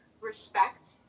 respect